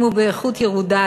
אם הוא באיכות ירודה,